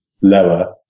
lower